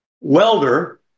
welder